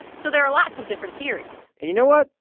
so there are lots of different theories and you know what?